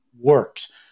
works